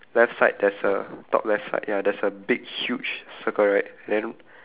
left side there's a top left side ya there's a big huge circle right then